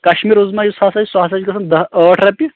کَشمیٖر عظمیٰ یُس ہسا چھُ سُہ ہسا چھُ گژھن دہ ٲٹھ رۄپیہ